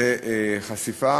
חשיפה